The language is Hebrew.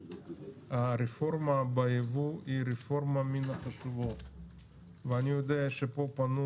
הרפורמה ביבוא היא רפורמה מן החשובות ואני יודע שפה פנו